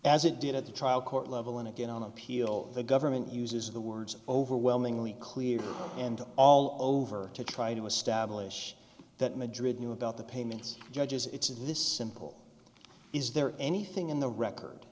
as it did at the trial court level and again on appeal the government uses the words overwhelmingly clear and all over to try to establish that madrid knew about the payments judges it's is this simple is there anything in the record